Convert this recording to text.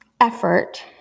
effort